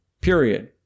period